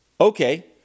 okay